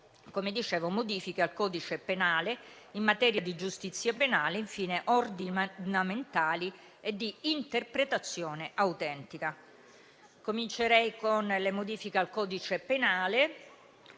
come dicevo, modifiche al codice penale, in materia di giustizia penale, ordinamentali e di interpretazione autentica. Comincerei con le modifiche al codice penale: